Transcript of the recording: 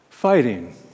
fighting